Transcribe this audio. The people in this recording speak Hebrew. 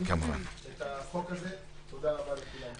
תודה רבה לכולם.